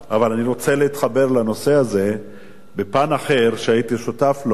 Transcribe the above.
אבל אני רוצה להתחבר לנושא הזה בפן אחר שהייתי שותף לו,